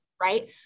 right